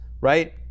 right